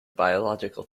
biological